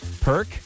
Perk